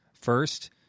First